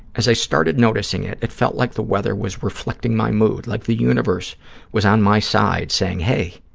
as i started noticing it, it felt like the weather was reflecting my mood, like the universe was on my side, saying, hey,